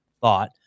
thought